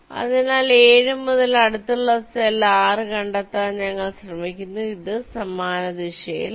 അതിനാൽ 7 മുതൽ അടുത്തുള്ള സെൽ 6 കണ്ടെത്താൻ ഞങ്ങൾ ശ്രമിക്കുന്നു അത് സമാന ദിശയിലാണ്